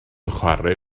chwarae